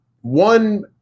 One